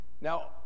Now